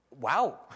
wow